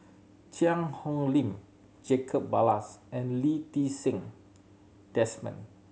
Cheang Hong Lim Jacob Ballas and Lee Ti Seng Desmond